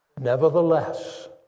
Nevertheless